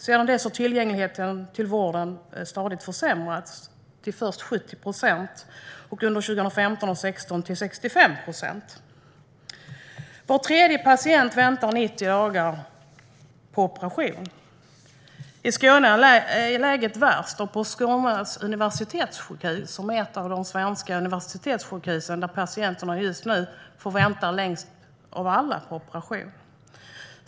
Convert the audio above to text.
Sedan dess har tillgängligheten till vården stadigt försämrats till först 70 procent och under 2015 och 2016 till 65 procent. Var tredje patient väntar i 90 dagar på operation. I Skåne är läget värst, och Skånes universitetssjukhus är ett av de svenska universitetssjukhus där patienterna just nu får vänta längst av alla på operation.